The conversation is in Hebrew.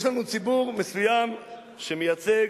יש לנו ציבור מסוים שמייצג,